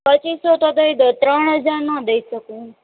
પચ્ચીસસો તો દઈ દઉં ત્રણ હજારનો દઈ શકું હું